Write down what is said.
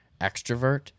extrovert